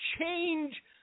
change